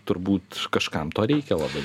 turbūt kažkam to reikia labai